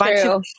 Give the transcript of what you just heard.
true